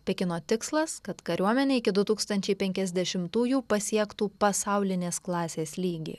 pekino tikslas kad kariuomenė iki du tūkstančiai penkiasdešimtųjų pasiektų pasaulinės klasės lygį